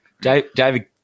David